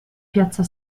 piazza